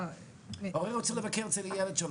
הורה רוצה לבקר את הילד שלו,